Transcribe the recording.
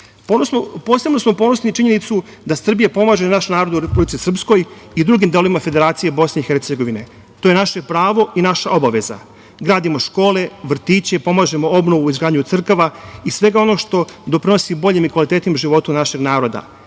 korist. Posebno smo ponosni na činjenicu da Srbija pomaže naš narod u Republici Srpskoj i drugim delovima Federacije BiH. To je naše pravo i naša obaveza. Gradimo škole, vrtiće, pomažemo obnovu i izgradnju crkava i svega onoga što doprinosi boljem i kvalitetnijem životu našeg naroda. Gradimo